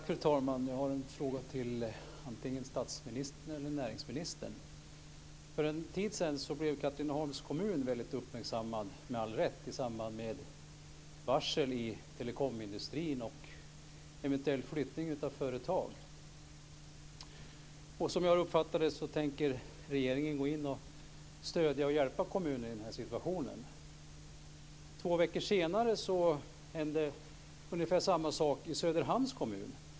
Fru talman! Jag har en fråga till antingen statsministern eller näringsministern. För en tid sedan blev Katrineholms kommun väldigt uppmärksammad, med all rätt, i samband med varsel i telekomindustrin och eventuell flyttning av företag. Som jag har uppfattat det tänker regeringen gå in och stödja och hjälpa kommunen i den uppkomna situationen. Två veckor senare hände ungefär samma sak i Söderhamns kommun.